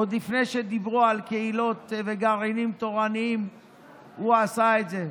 עוד לפני שדיברו על קהילות וגרעינים תורניים הוא עשה את זה.